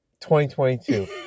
2022